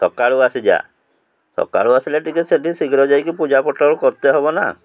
ସକାଳୁ ଆସିଯା ସକାଳୁ ଆସିଲେ ଟିକେ ସେଠି ଶୀଘ୍ର ଯାଇକି ପୂଜାପଟଳ କର୍ତେ ହେବ ନା